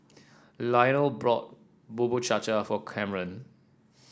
Lionel bought Bubur Cha Cha for Camren